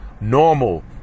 Normal